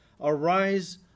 arise